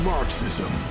Marxism